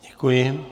Děkuji.